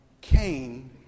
Cain